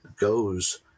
goes